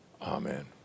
amen